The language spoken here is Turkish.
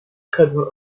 kadın